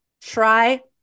Try